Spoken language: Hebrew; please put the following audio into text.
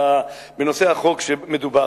בנושא החוק שמדובר.